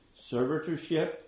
servitorship